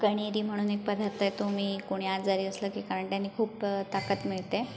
कण्हेरी म्हणून एक पदार्थ आहे तो मी कोणी आजारी असलं की कारण त्याने खूप ताकद मिळते